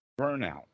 burnout